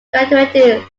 graduating